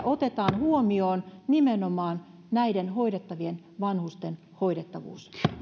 otetaan huomioon nimenomaan näiden hoidettavien vanhusten hoidettavuus